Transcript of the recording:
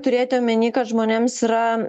turėti omeny kad žmonėms yra